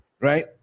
right